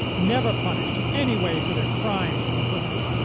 never punished in any way for their crimes or complicity.